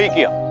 you